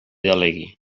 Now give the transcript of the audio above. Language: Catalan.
delegui